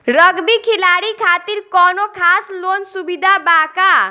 Rugby खिलाड़ी खातिर कौनो खास लोन सुविधा बा का?